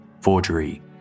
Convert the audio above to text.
forgery